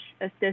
assist